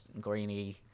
greeny